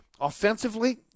Offensively